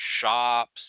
shops